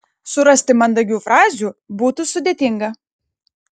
surasti mandagių frazių būtų sudėtinga